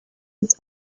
its